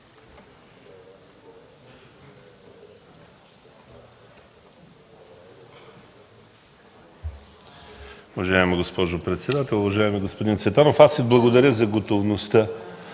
Уважаема госпожо председател, уважаеми господин Цветанов! Аз Ви благодаря за готовността